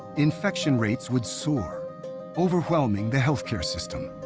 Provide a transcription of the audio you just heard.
infection rates would soar overwhelming the healthcare system.